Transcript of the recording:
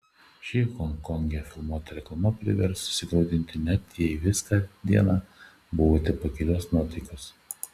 ši honkonge filmuota reklama privers susigraudinti net jei visą dieną buvote pakilios nuotaikos